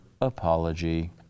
apology